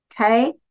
Okay